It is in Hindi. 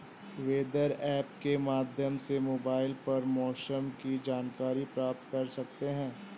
वेदर ऐप के माध्यम से मोबाइल पर मौसम की जानकारी प्राप्त कर सकते हैं